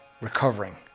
recovering